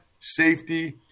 safety